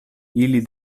ili